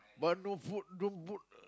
but no food don't put